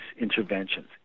interventions